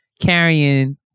carrying